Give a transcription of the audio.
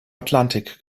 atlantik